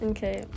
Okay